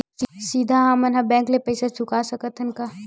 सीधा हम मन बैंक ले पईसा चुका सकत हन का?